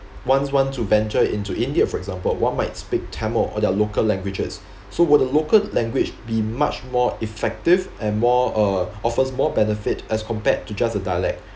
ones wants to venture into india for example one might speak tamil or their local languages so would the local language be much more effective and more uh offers more benefit as compared to just a dialect